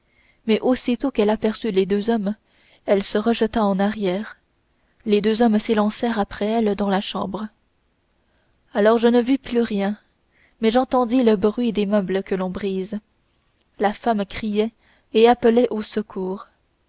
mais aussitôt qu'elle aperçut les deux hommes elle se rejeta en arrière les deux hommes s'élancèrent après elle dans la chambre alors je ne vis plus rien mais j'entendis le bruit des meubles que l'on brise la femme criait et appelait au secours